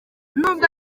n’ubwo